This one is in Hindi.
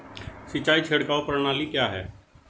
सिंचाई छिड़काव प्रणाली क्या है?